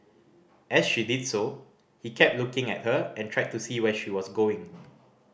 as she did so he kept looking at her and tried to see where she was going